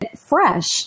fresh